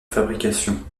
fabrication